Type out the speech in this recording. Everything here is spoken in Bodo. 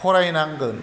फरायनांगोन